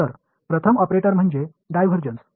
तर प्रथम ऑपरेटर म्हणजे डायव्हर्जन्स